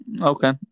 Okay